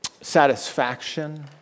satisfaction